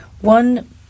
One